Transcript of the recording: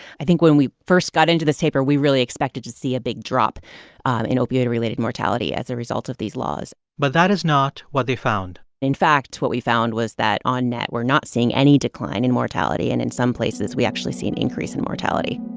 i think when we first got into this taper, we really expected to see a big drop in opioid-related mortality as a result of these laws but that is not what they found in fact, what we found was that on net we're not seeing any decline in mortality, and in some places, we actually see an increase in mortality